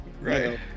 right